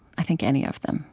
i think, any of them